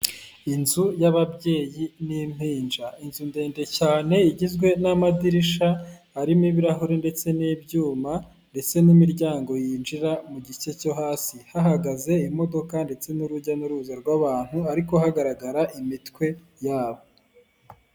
Inzu y'ababyeyi n' impinja, inzu ndende cyane igizwe n'amadirishya arimo ibirahure ndetse n'ibyuma ndetse n'imiryango yinjira, mu gice cyo hasi hahagaze imodoka ndetse n'urujya n'uruza rw'abantu ariko hagaragara imitwe yabo.